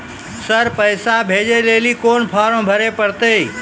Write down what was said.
Sir पैसा भेजै लेली कोन फॉर्म भरे परतै?